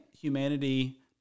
humanity